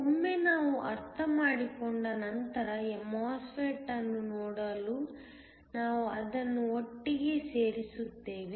ಒಮ್ಮೆ ನಾವು ಅರ್ಥಮಾಡಿಕೊಂಡ ನಂತರ MOSFET ಅನ್ನು ನೋಡಲು ನಾವು ಅದನ್ನು ಒಟ್ಟಿಗೆ ಸೇರಿಸುತ್ತೇವೆ